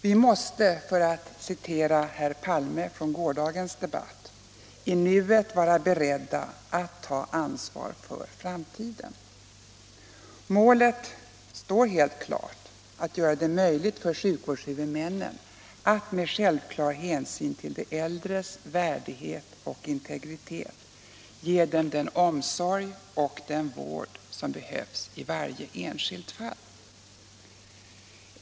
Vi måste — för att citera herr Palme från gårdagens debatt — i nuet vara beredda att ta ansvar för framtiden. Målet står helt klart — att göra det möjligt för sjukvårdshuvudmännen att med självklar hänsyn till de äldres värdighet och integritet ge dem den omsorg och den vård som behövs i varje enskilt fall.